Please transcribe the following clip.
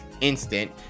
instant